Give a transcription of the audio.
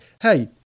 hey